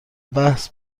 بحث